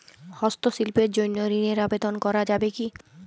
হস্তশিল্পের জন্য ঋনের আবেদন করা যাবে কি?